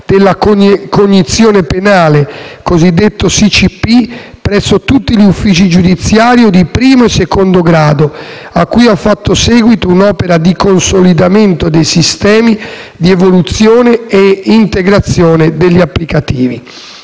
della cognizione penale (SICP) presso tutti gli uffici giudiziari di primo e secondo grado, a cui ha fatto seguito un'opera di consolidamento dei sistemi, di evoluzione e integrazione degli applicativi.